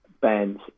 bands